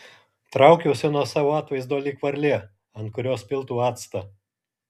traukiuosi nuo savo atvaizdo lyg varlė ant kurios piltų actą